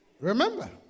Remember